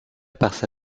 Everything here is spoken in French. pizza